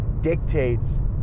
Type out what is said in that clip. dictates